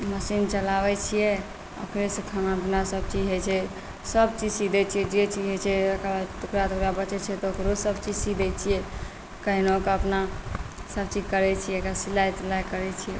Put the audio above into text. machine चलाबै छिए फेरसँ खाना पीना सबचीज होइ छै सबचीज सी दै छिए जे चीज होइ छै एकर बाद टुकड़ा तुकड़ा बचै छै तऽ ओकरोसब चीज सी दै छिए कहिओके अपना सबचीज करै छिए सिलाइ तिलाइ करै छिए